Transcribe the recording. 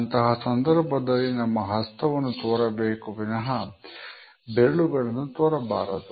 ಅಂತಹ ಸಂದರ್ಭದಲ್ಲಿ ನಮ್ಮ ಹಸ್ತವನ್ನು ತೋರಬೇಕು ವಿನಹ ಬೆರಳುಗಳನ್ನು ತೋರಬಾರದು